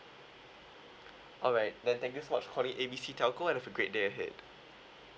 alright then thank you so much for calling A B C telco and have a great day ahead